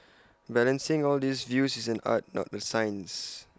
balancing all these views is an art not A science